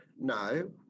no